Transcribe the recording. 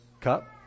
cup